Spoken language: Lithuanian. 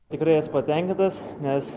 tikrai esu patenkintas nes